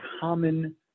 common